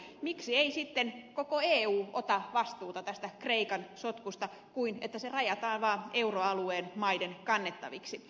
miksi ei sitten koko eu ota vastuuta tästä kreikan sotkusta vaan se rajataan vain euroalueen maiden kannettaviksi